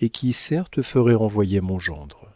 et qui certes ferait renvoyer mon gendre